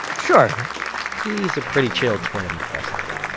sure he's a pretty chill tournament referee.